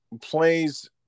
plays